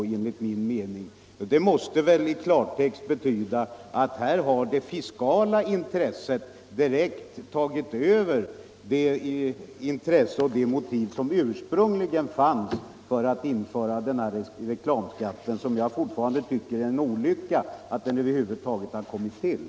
Det måste väl i klartext betyda att de fiskala intressena direkt tagit över de motiv som ursprungligen fanns för att införa denna reklamskatt. Jag tycker fortfarande att det är en olycka att den över huvud taget kom till.